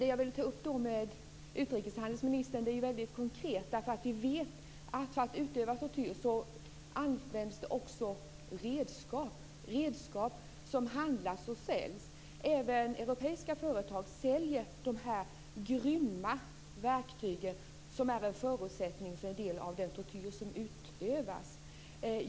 Det jag vill ta upp med utrikeshandelsministern är väldigt konkret. Vi vet att det, för att utöva tortyr, används redskap som säljs. Även europeiska företag säljer dessa grymma verktyg som är en förutsättning för en del av den tortyr som utövas.